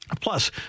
Plus